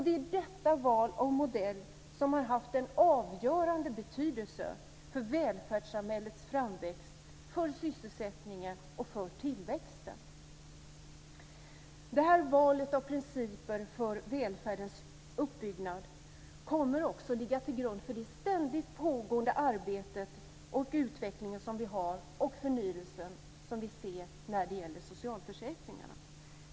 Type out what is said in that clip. Det är detta val av modell som har haft en avgörande betydelse för välfärdssamhällets framväxt, sysselsättningen och tillväxten. Det valet av principer för välfärdens uppbyggnad kommer också att ligga till grund för det ständigt pågående arbetet med utveckling och förnyelse inom socialförsäkringarna.